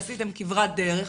עשיתם כברת דרך?